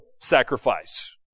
sacrifice